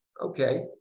Okay